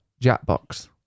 Jackbox